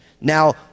Now